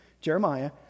Jeremiah